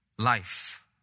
Life